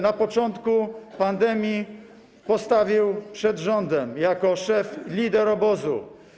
na początku pandemii postawił przed rządem jako szef, lider obozu.